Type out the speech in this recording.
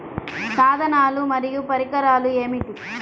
సాధనాలు మరియు పరికరాలు ఏమిటీ?